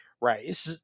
right